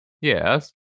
Yes